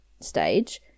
stage